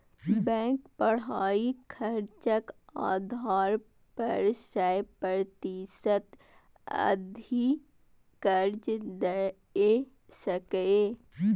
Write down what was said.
bank पढ़ाइक खर्चक आधार पर सय प्रतिशत धरि कर्ज दए सकैए